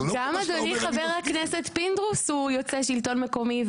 גם אדוני חבר הכנסת פינדרוס הוא יוצא שלטון מקומי,